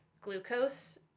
glucose